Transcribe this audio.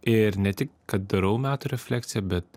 ir ne tik kad darau metų refleksiją bet